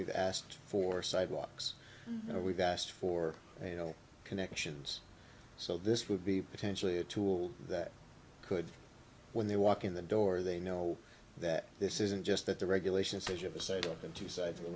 e've asked for sidewalks or we've asked for you know connections so this would be potentially a tool that could when they walk in the door they know that this isn't just that the regulations as you say open two sides of the